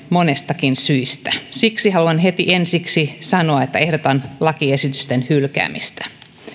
monestakin syystä siksi haluan heti ensiksi sanoa että ehdotan lakiesitysten hylkäämistä